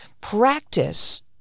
practice